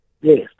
Yes